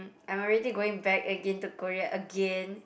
I'm already going back to Korea again